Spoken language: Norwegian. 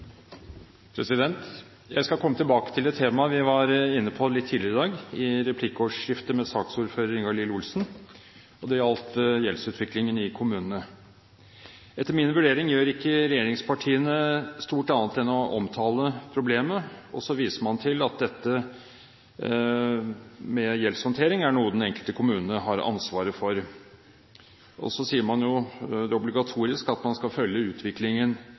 landet. Jeg skal komme tilbake til et tema vi var inne på litt tidligere i dag, i replikkordskiftet med saksordfører Ingalill Olsen. Det gjaldt gjeldsutviklingen i kommunene. Etter min vurdering gjør ikke regjeringspartiene stort annet enn å omtale problemet. Man viser til at gjeldshåndtering er noe den enkelte kommune har ansvaret for. Og så sier man det obligatoriske, at man skal følge utviklingen